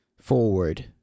forward